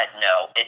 no